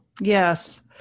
Yes